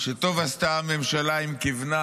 שטוב עשתה הממשלה אם כיוונה